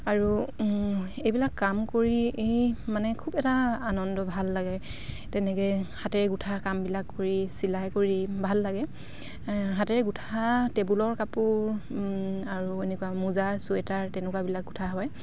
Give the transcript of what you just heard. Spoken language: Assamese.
আৰু এইবিলাক কাম কৰি মানে খুব এটা আনন্দ ভাল লাগে তেনেকৈ হাতেৰে গোঁঠা কামবিলাক কৰি চিলাই কৰি ভাল লাগে হাতেৰে গোঁঠা টেবুলৰ কাপোৰ আৰু এনেকুৱা মোজা চুৱেটাৰ তেনেকুৱাবিলাক গোঁঠা হয়